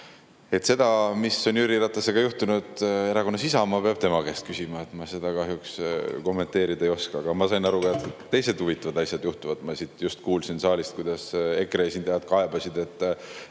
Seda, mis on Jüri Ratasega juhtunud erakonnas Isamaa, peab tema käest küsima. Ma seda kahjuks kommenteerida ei oska. Aga ma sain aru, et ka teised huvitavad asjad juhtuvad. Just kuulsin saalist, kuidas EKRE esindajad kaebasid, et